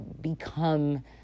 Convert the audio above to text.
become